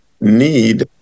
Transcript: need